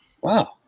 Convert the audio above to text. Wow